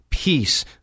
Peace